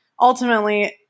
ultimately